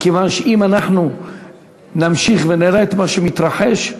כיוון שאם אנחנו נמשיך ונראה את מה שמתרחש,